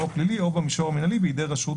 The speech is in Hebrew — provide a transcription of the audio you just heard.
הפלילי או במישור המנהלי בידי רשות